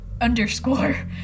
underscore